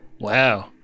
Wow